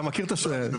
אתה מכיר את השוק.